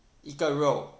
一个肉